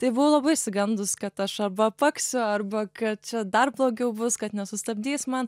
tai buvau labai išsigandus kad aš arba apaksiu arba kad čia dar blogiau bus kad nesustabdys man